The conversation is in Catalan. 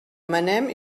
manem